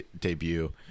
debut